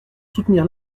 soutenir